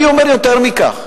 אני אומר יותר מכך: